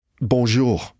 Bonjour